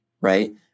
right